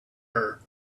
her